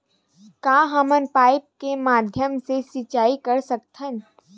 का हमन पाइप के माध्यम से सिंचाई कर सकथन?